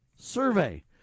survey